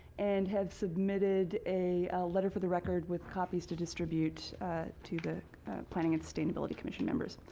and have submitted a letter for the record with copies to distribute to the planning and sustainability commission members.